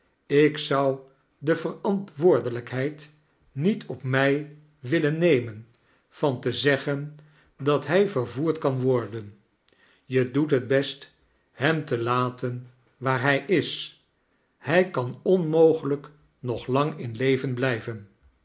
ik aou de verantwoordelijkheid niet op mij willen nemen vaa te zeggen dat hij vervoerd kan worden je doet het best hem te latein waar hij is hij kan onmogelijk nog lang in leven blijven